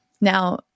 Now